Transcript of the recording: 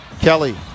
Kelly